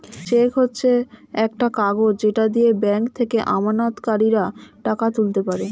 check হচ্ছে একটা কাগজ যেটা দিয়ে ব্যাংক থেকে আমানতকারীরা টাকা তুলতে পারে